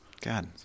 God